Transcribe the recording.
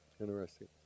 Interesting